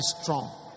strong